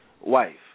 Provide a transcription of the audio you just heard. wife